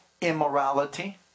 immorality